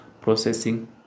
processing